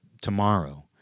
tomorrow